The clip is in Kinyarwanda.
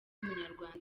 w’umunyarwanda